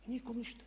I nikom ništa!